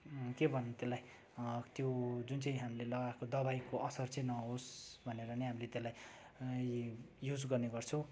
के भन्नु त्यसलाई त्यो जुन चाहिँ हामीले लगाएको दबाईको असर चाहिँ नहोस् भनेर नै हामीले त्यसलाई युस गर्ने गर्छौँ